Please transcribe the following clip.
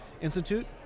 institute